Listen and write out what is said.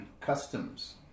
Customs